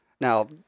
Now